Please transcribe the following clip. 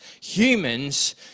humans